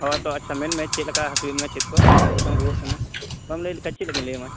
ᱦᱮᱸ ᱛᱚ ᱟᱪᱪᱷᱟ ᱢᱮᱱᱢᱮ ᱪᱮᱫ ᱞᱮᱠᱟ ᱦᱟᱹᱥᱩᱭᱮᱫ ᱢᱮᱭᱟ ᱪᱮᱫ ᱠᱚ ᱪᱮᱫ ᱞᱮᱠᱟᱢ ᱨᱩᱣᱟᱹᱜ ᱠᱟᱱᱟ ᱵᱟᱢ ᱞᱟᱹᱭ ᱞᱮᱠᱷᱟᱱ ᱪᱮᱫ ᱞᱮᱠᱟᱧ ᱞᱟᱹᱭᱟᱢᱟ